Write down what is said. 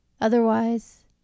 otherwise